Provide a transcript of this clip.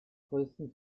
größten